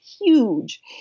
huge